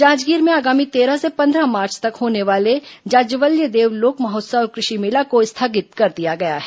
जांजगीर में आगामी तेरह से पंद्रह मार्च तक होने वाले जाज्वल्यदेव लोक महोत्सव और कृषि मेला को स्थगित कर दिया गया है